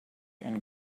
and